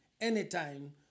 anytime